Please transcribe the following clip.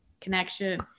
connection